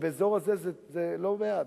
שבאזור הזה זה לא מעט,